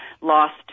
lost